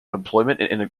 employment